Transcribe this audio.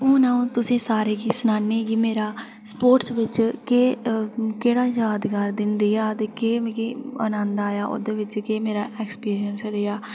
हू'न अं'ऊ तुसें सारें गी सनान्नीं कि मेरा स्पोर्टस बिच केह् केह्ड़ा यादगार दिन रेहा ते केह् मिगी पसंद आया ओह्दे बिच केह् मेरा एक्सपीरियंस रेहा